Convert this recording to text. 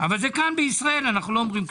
אבל זה כאן בישראל, אנחנו לא אומרים כלום.